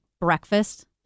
breakfast